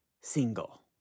single